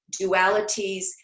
dualities